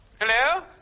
Hello